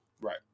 Right